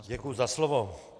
Děkuji za slovo.